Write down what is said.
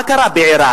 מה קרה בעירק?